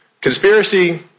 Conspiracy